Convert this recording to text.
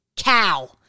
cow